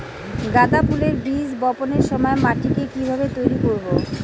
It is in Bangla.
গাদা ফুলের বীজ বপনের সময় মাটিকে কিভাবে তৈরি করব?